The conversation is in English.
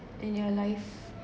in your life